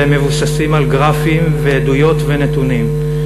והם מבוססים על גרפים ועדויות ונתונים.